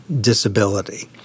disability